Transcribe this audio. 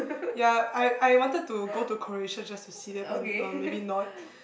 ya I I wanted to go to Croatia just to see that but uh maybe not